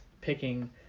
picking